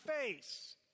face